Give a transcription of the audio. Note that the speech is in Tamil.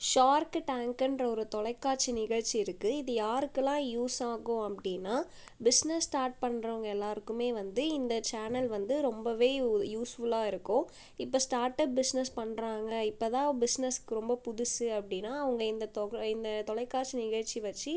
ஷார்க்கு டேங்க்குன்ற ஒரு தொலைக்காட்சி நிகழ்ச்சி இருக்கு இது யாருக்கெல்லாம் யூஸ் ஆகும் அப்படின்னா பிஸ்னஸ் ஸ்டார்ட் பண்ணுறவங்க எல்லாருக்கும் வந்து இந்த சேனல் வந்து ரொம்பவே யூ யூஸ்ஃபுல்லாக இருக்கும் இப்போ ஸ்டார்ட்டப் பிஸ்னஸ் பண்றாங்க இப்பதான் பிஸினஸுக்கு ரொம்ப புதுசு அப்படின்னா அவங்க இந்த தொகை இந்த தொலைக்காட்சி நிகழ்ச்சி வச்சு